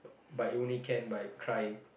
but it only can by crying